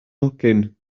nhocyn